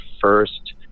first